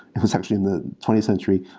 it was actually in the twentieth century,